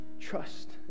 trust